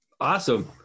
Awesome